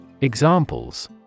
Examples